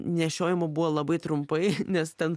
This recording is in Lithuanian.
nešiojama buvo labai trumpai nes ten